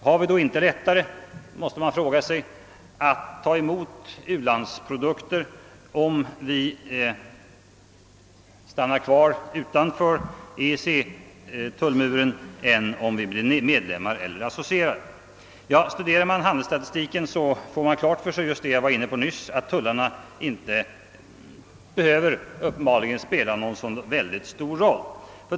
Har vi då inte lättare, måste man fråga sig, att ta emot u-landsprodukter om vi stannar kvar utanför EEC-tullmuren än om Sverige blir medlem eller associerad stat? Studerar man handelsstatistiken närmare, får man klart för sig, som jag nämnde nyss, att tullarna uppenbarligen inte behöver spela så särskilt stor roll.